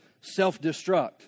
self-destruct